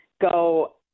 go